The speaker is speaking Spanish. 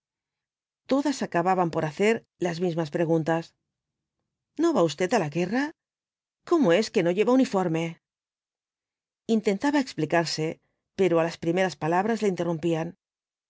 todas acababan por hacer las mismas preguntas no va usted á la guerra cómo es que no lleva uniforme intentaba explicarse pero á las primeras palabras le interrumpían